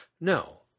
No